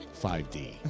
5D